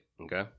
okay